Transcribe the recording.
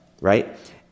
right